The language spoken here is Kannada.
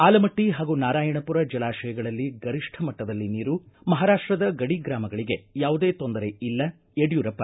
ಆಲಮಟ್ಟ ಹಾಗೂ ನಾರಾಯಣಪುರ ಜಲಾಶಯಗಳಲ್ಲಿ ಗರಿಷ್ಠ ಮಟ್ಟದಲ್ಲಿ ನೀರು ಮಹಾರಾಷ್ಟದ ಗಡಿ ಗ್ರಾಮಗಳಗೆ ಯಾವುದೇ ತೊಂದರೆ ಇಲ್ಲ ಯಡ್ಕೂರಪ್ಪ